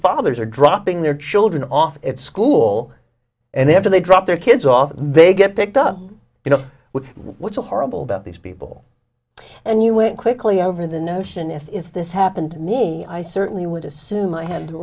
fathers are dropping their children off at school and after they drop their kids off they get picked up you know what's a horrible about these people and you went quickly over the notion if this happened to me i certainly would assume i had t